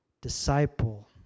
disciple